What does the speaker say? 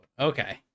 Okay